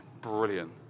brilliant